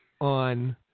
on